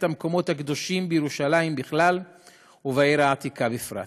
המקומות הקדושים בירושלים בכלל ובעיר העתיקה בפרט,